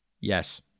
Yes